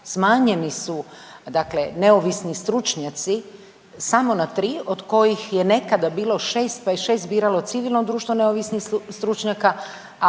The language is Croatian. smanjeni su dakle, neovisni stručnjaci, samo na 3, od kojih je nekada bilo 6 pa je 6 biralo civilno društvo neovisnih stručnjaka,